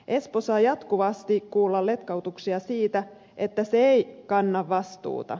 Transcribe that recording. espoo saa jatkuvasti kuulla letkautuksia siitä että se ei kanna vastuuta